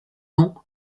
nom